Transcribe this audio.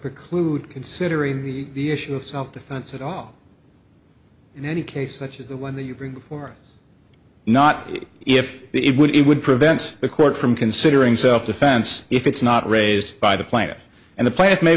preclude considering the issue of self defense at all in any case such as the one that you agree or not if it would it would prevent the court from considering self defense if it's not raised by the plaintiff and the player may